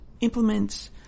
implements